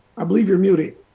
i believe you are muted.